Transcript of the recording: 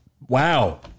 Wow